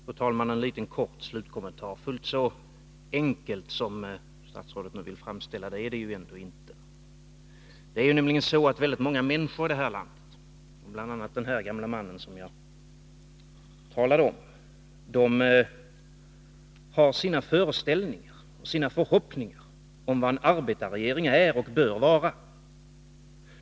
Fru talman! Bara en kort slutkommentar. Fullt så enkelt som statsrådet nu vill framställa saken är det ändå inte. Det är nämligen så att väldigt många människor i det här landet, bl.a. den gamle man som jag talade om, har sina föreställningar och förhoppningar om vad en arbetarregering är och bör vara.